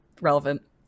relevant